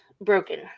broken